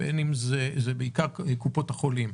שניתנו על ידי קופות החולים.